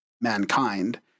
mankind